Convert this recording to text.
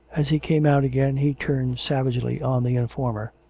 as he came out again he turned savagely on the informer.